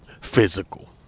physical